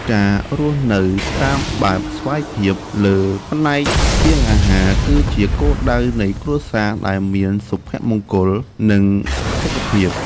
ការរស់នៅតាមបែបស្វ័យភាពលើផ្នែកស្បៀងអាហារគឺជាគោលដៅនៃគ្រួសារដែលមានសុភមង្គល និងសុខភាព។